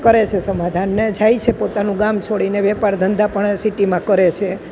કરે છે સમાધાન અને જાય છે પોતાનું ગામ છોડીને વેપાર ધંધા પણ સીટીમાં કરે છે